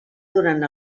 durant